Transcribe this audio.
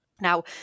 Now